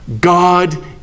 God